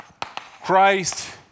Christ